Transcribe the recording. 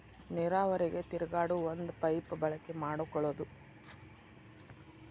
ನೇರಾವರಿಗೆ ತಿರುಗಾಡು ಒಂದ ಪೈಪ ಬಳಕೆ ಮಾಡಕೊಳುದು